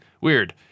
weird